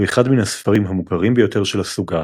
הוא אחד מן הספרים המוכרים ביותר של הסוגה,